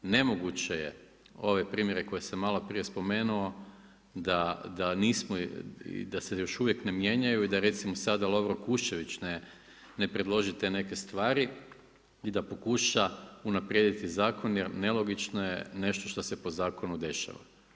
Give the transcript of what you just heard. Nemoguće je ove primjere koje sam malo prije spomenuo da se još uvijek ne mijenjaju i da recimo sada Lovro Kuščević ne predloži te neke stvari i da pokuša unaprijediti zakon, jer nelogično je nešto što se po zakonu dešava.